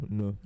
no